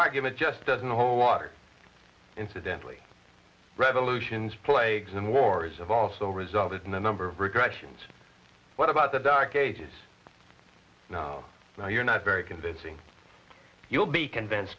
argument just doesn't hold water incidentally revolutions plagues and wars of also resulted in the number of regressions what about the dark ages you know you're not very convincing you'll be convinced